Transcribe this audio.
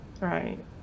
Right